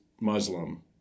Muslim